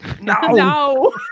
No